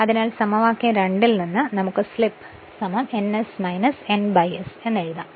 അതിനാൽ സമവാക്യം 2 ൽ നിന്ന് നമുക്ക് സ്ലിപ്പ് ns n ns എഴുതാം